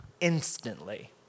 instantly